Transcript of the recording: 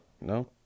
No